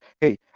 Hey